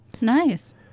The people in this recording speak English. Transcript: Nice